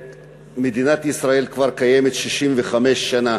מדינת ישראל כבר קיימת 65 שנה,